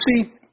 see